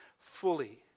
fully